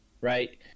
right